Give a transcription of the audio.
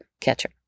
catcher